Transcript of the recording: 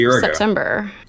September